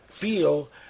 feel